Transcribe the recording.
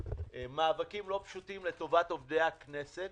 מאבקים לא פשוטים לטובת עובדי הכנסת.